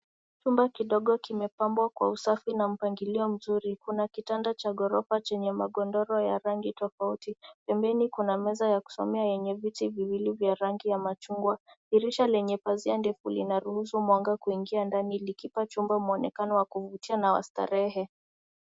Chumba kidogo limepambwa kwa usafi na mpangilo mzuri. Kuna kitanda cha ghorofa chenye magodoro ya rangi tofauti. Pembeni kuna meza ya kusomea yenye viti viwili vya rangi ya machungwa. Dirisha lenye pazia ndefu linaruhusu mwanga kuingia ndani likipa chumba muonekano wa kuvutia na wa starehe.